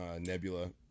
nebula